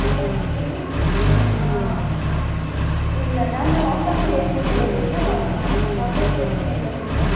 ಹಾಗಾಗಿ ಹಾಂ ಇಲ್ಲ ನಾನು ಔಟ್ ಆಫ್ ಸ್ಟೇಷನ್ ಇರೋದರಿಂದ ಔಟ್ ಆಫ್ ಸ್ಟೇಷನ್ ಇರೋದರಿಂದ